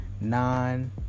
nine